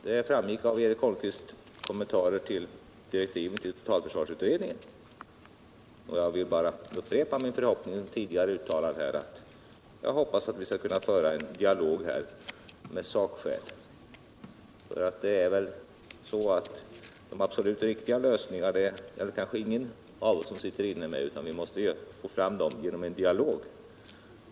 Det framgick av Eric Holmqvists kommentarer till direktiven till totalförsvarsutredningen. Jag vill bara upprepa min tidigare uttalade förhoppning att vi skall kunna föra en dialog med sakskäl. De absolut riktiga lösningarna kanske ingen av oss sitter inne med, utan vi måste få fram dem genom en dialog.